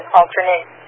alternate